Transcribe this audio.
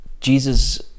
Jesus